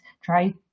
try